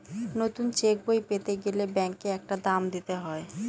নতুন চেকবই পেতে গেলে ব্যাঙ্কে একটা দাম দিতে হয়